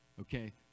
Okay